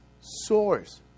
source